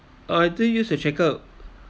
I think use to check up